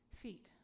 feet